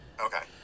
Okay